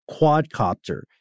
quadcopter